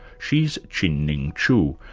she's chin-ning chu,